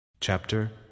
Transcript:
Chapter